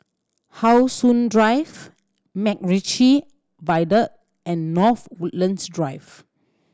How Sun Drive MacRitchie Viaduct and North Woodlands Drive